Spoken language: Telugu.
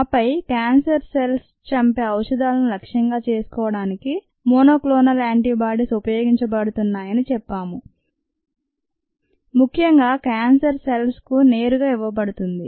ఆపై క్యాన్సర్ సెల్స్ చంపే ఔషధాలను లక్ష్యంగా చేసుకోవడానికి మోనోక్లోనల్ యాంటీబాడీస్ ఉపయోగించబడుతున్నాయని చెప్పాము ముఖ్యంగా క్యాన్సర్ సెల్స్ కు నేరుగా ఇవ్వబడుతుంది